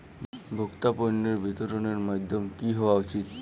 ভোক্তা পণ্যের বিতরণের মাধ্যম কী হওয়া উচিৎ?